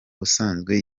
busanzwe